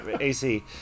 AC